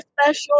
special